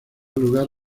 lugar